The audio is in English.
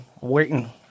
waiting